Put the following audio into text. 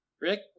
Rick